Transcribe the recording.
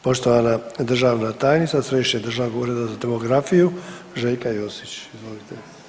Poštovana državna tajnica Središnjeg državnog ureda za demografiju Željka Josić, izvolite.